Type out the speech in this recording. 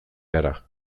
gara